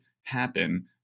happen